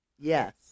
Yes